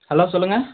hello சொல்லுங்கள்